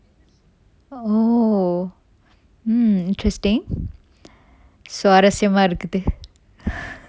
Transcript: oh mm interesting சுவாரசியமா இருக்குது:suvarasiyama irukkuthu